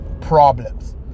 problems